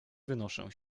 wynoszę